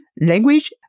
language